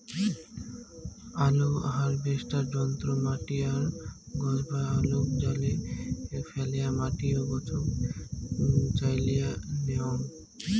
আলু হারভেস্টার যন্ত্র মাটি আর গছভায় আলুক জালে ফ্যালেয়া মাটি ও গছক চাইলিয়া ন্যাওয়াং